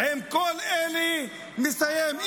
עם כל אלה מסיים.